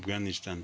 Afghanistan